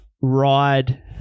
ride